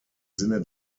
sinne